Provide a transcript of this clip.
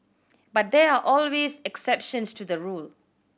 but there are always exceptions to the rule